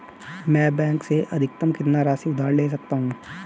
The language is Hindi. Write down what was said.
मैं बैंक से अधिकतम कितनी राशि उधार ले सकता हूँ?